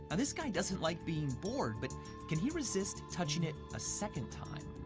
and this guy doesn't like being bored. but can he resist touching it a second time?